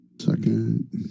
Second